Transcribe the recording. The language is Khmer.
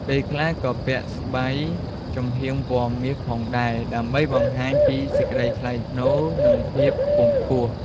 ពេលខ្លះក៏មានពាក់ស្បៃចំហៀងពណ៌មាសផងដែរ ដើម្បីបង្ហាញពីសេចក្ដីថ្លៃថ្នូរ និង ភាពខ្ពង់ខ្ពស់។